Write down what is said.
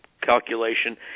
calculation